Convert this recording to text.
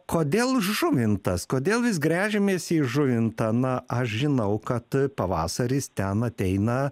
kodėl žuvintas kodėl vis gręžiamės į žuvintą na aš žinau kad pavasaris ten ateina